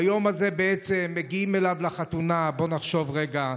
ביום הזה מגיעים אליו לחתונה בוא נחשוב רגע,